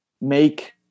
make